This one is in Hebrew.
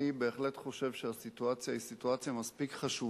אני בהחלט חושב שהסיטואציה היא סיטואציה חשובה